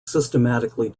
systematically